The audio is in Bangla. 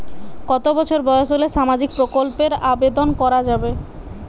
কত বছর বয়স হলে সামাজিক প্রকল্পর আবেদন করযাবে?